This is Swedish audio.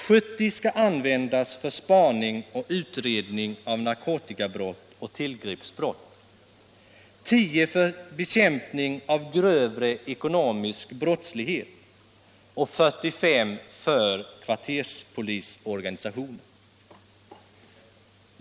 70 skall användas för spaning och utredning av narkotikabrott och tillgreppsbrott, 10 för bekämpning av grövre ekonomisk brottslighet och 45 för kvarterspolisorganisationen.